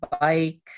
bike